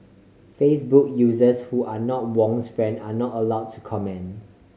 Facebook users who are not Wong's friend are not allow to comment